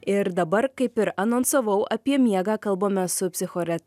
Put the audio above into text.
ir dabar kaip ir anonsavau apie miegą kalbame su psichore